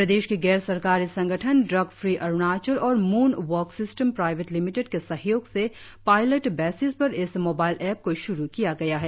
प्रदेश की गैर सरकारी संगठन ड्रग फ्री अरुणाचल और म्न वाक सिस्टम प्राईवेट लिमिटेड के सहयोग से पायलट बेसिस पर इस मोबाइल ऐप को शुरु किया गया है